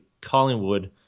Collingwood